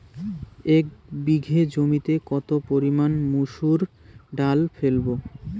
এক বিঘে জমিতে কত পরিমান মুসুর ডাল ফেলবো?